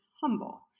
humble